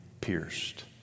pierced